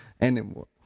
anymore